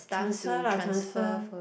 transfer lah transfer